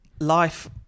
life